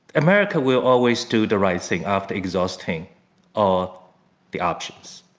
america will always do the right thing after exhausting all the options.